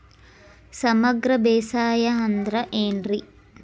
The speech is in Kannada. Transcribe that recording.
ಸಮಗ್ರ ಬೇಸಾಯ ಅಂದ್ರ ಏನ್ ರೇ?